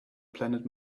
planet